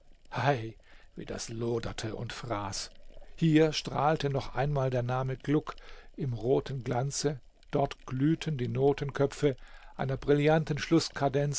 hei wie das loderte und fraß hier strahlte noch einmal der name gluck im roten glanze dort glühten die notenköpfe einer brillanten